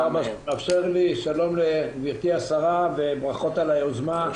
שלום לגברתי השרה וברכות על היוזמה.